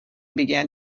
began